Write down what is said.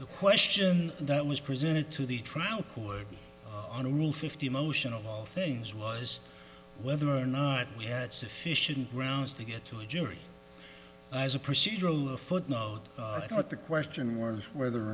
the question that was presented to the trial court on any fifty emotional things was whether or not we had sufficient grounds to get to a jury as a procedural a footnote i thought the question were whether